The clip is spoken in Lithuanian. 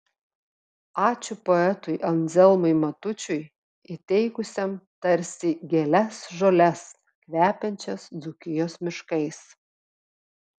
ačiū poetui anzelmui matučiui įteikusiam tarsi gėles žoles kvepiančias dzūkijos miškais